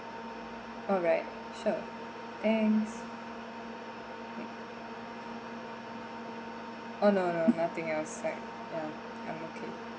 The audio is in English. alright sure thanks oh no no nothing else like ya I'm okay